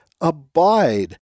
abide